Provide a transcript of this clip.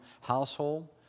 household